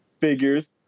figures